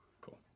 Cool